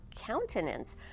countenance